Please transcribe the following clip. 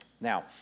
Now